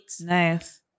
Nice